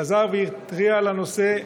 חזר והתריע על הנושא,